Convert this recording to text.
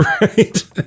right